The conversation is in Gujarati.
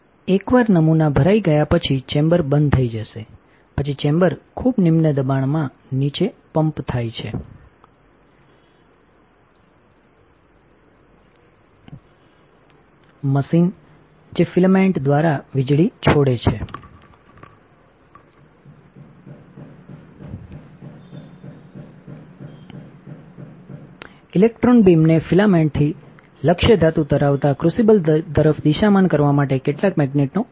એકવાર નમૂના ભરાઈ ગયા પછી ચેમ્બર બંધ થઈ જશે પછી ચેમ્બર ખૂબ નિમ્ન દબાણમાં નીચે પમ્પ થાય છે મશીન જે ફિલેમેન્ટ દ્વારા વીજળી છોડે છે ઇલેક્ટ્રોન બીમને ફિલામેન્ટથી લક્ષ્ય ધાતુ ધરાવતા ક્રુસિબલ તરફ દિશામાન કરવા માટે કેટલાક મેગ્નેટનો ઉપયોગ થાય છે